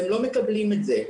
והם לא מקבלים את זה.